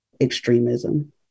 extremism